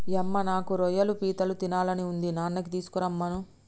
యమ్మ నాకు రొయ్యలు పీతలు తినాలని ఉంది నాన్ననీ తీసుకురమ్మను